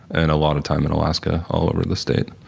and a lot of time in alaska, all over the state.